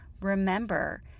remember